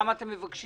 כמה אתם מבקשים?